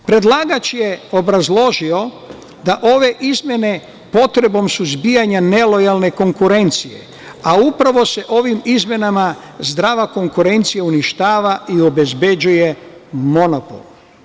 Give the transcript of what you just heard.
Predlagač je obrazložio da ove izmene su zbog potrebe suzbijanja nelojalne konkurencije, a upravo se ovim izmenama zdrava konkurencija uništava i obezbeđuje monopol.